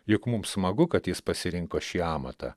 juk mums smagu kad jis pasirinko šį amatą